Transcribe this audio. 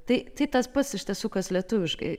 tai tai tas pats iš tiesų kas lietuviškai